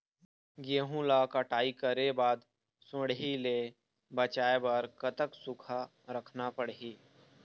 गेहूं ला कटाई करे बाद सुण्डी ले बचाए बर कतक सूखा रखना पड़ही?